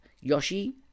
Yoshi